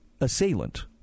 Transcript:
assailant